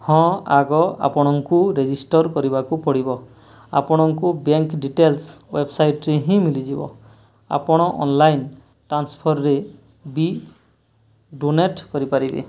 ହଁ ଆଗ ଆପଣଙ୍କୁ ରେଜିଷ୍ଟର୍ କରିବାକୁ ପଡ଼ିବ ଆପଣଙ୍କୁ ବ୍ୟାଙ୍କ୍ ଡିଟେଲ୍ସ୍ ୱେବ୍ସାଇଟ୍ରେ ହିଁ ମିଳିଯିବ ଆପଣ ଅନ୍ଲାଇନ୍ ଟ୍ରାନ୍ସଫର୍ରେ ବି ଡୋନେଟ୍ କରିପାରିବେ